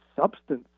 substance